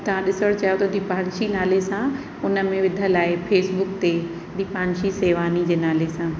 तवां ॾिसण चाहियो त दिपांशी नाले सां उन में विधल आहे फेसबुक ते दिपांशी सेवानी जे नाले सां